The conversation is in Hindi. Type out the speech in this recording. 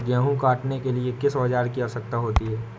गेहूँ काटने के लिए किस औजार की आवश्यकता होती है?